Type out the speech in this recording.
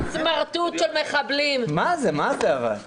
התקנות יועברו